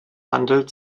handel